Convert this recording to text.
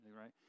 right